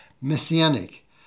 messianic